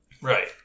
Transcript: Right